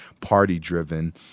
party-driven